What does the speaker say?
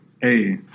Hey